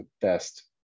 best